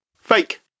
fake